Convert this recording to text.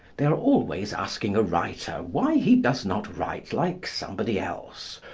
they are always asking a writer why he does not write like somebody else,